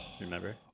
Remember